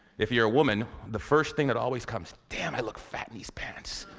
if you're a woman, the first thing that always comes damn i look fat in these pants.